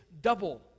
double